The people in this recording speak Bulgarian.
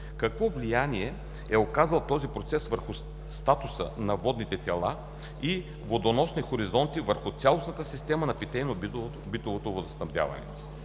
Какво влияние е оказал този процес върху статуса на водните тела и водоносни хоризонти, върху цялостната система на питейно-битовото водоснабдяване.